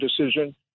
decision